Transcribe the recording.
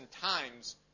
times